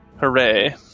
Hooray